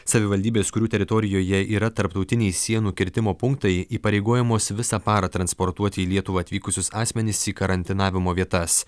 savivaldybės kurių teritorijoje yra tarptautiniai sienų kirtimo punktai įpareigojamos visą parą transportuoti į lietuvą atvykusius asmenis į karantinavimo vietas